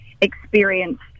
experienced